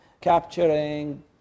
capturing